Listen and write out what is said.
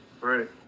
right